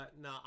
no